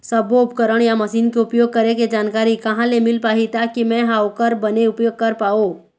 सब्बो उपकरण या मशीन के उपयोग करें के जानकारी कहा ले मील पाही ताकि मे हा ओकर बने उपयोग कर पाओ?